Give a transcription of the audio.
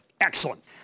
excellent